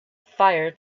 fire